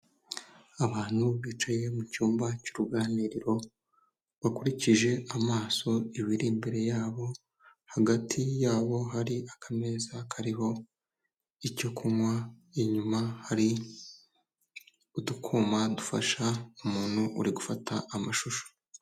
Abantu bicaye m'icyumba cy'uruganiriro bakurikije amaso ibiri imbere yabo hagati yabo hari akameza kariho icyo kunywa inyuma hari utwuma dufasha umuntu uri gufata amashusho.